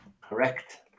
Correct